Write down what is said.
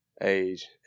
age